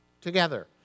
Together